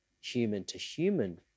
human-to-human